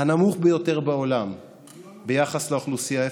הנמוך ביותר בעולם ביחס לאוכלוסייה,